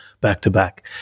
back-to-back